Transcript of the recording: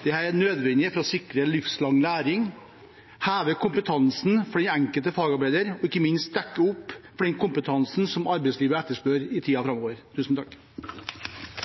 Dette er nødvendig for å sikre livslang læring, heve kompetansen for den enkelte fagarbeider og ikke minst dekke opp for den kompetansen som arbeidslivet etterspør i tiden framover.